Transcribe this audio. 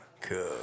cool